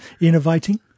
innovating